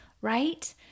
right